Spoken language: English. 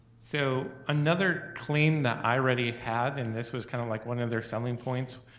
so another claim that i-ready had, and this was kind of like one of their selling points